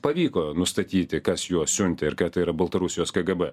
pavyko nustatyti kas juos siuntė ir kad tai yra baltarusijos kgb